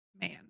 man